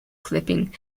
clipping